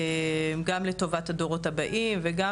גם לטובת הדורות הבאים וגם